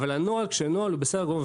אבל הנוהל כנוהל הוא בסדר גמור.